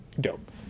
dope